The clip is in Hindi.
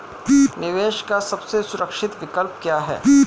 निवेश का सबसे सुरक्षित विकल्प क्या है?